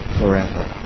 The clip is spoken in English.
forever